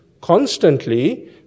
constantly